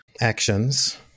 actions